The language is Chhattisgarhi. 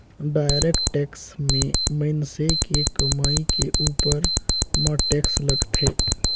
डायरेक्ट टेक्स में मइनसे के कमई के उपर म टेक्स लगथे